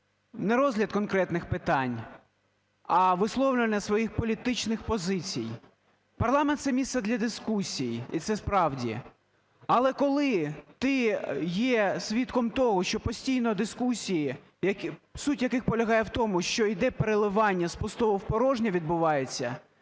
не розгляд конкретних питань, а висловлювання своїх політичних позицій. Парламент – це місце для дискусій, і це справді. Але коли ти є свідком того, що постійно дискусії, суть яких полягає в тому, що йде переливання з пустого в порожнє відбувається,